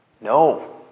No